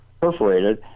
perforated